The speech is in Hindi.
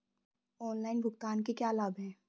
ऑनलाइन भुगतान के क्या लाभ हैं?